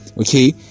Okay